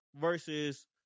versus